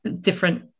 different